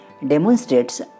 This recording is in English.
demonstrates